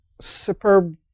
superb